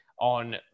On